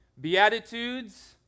Beatitudes